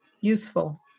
useful